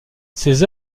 ses